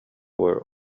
were